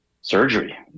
surgery